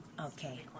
Okay